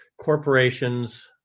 corporations